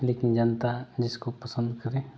लेकिन जनता जिसको पसंद करें